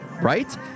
right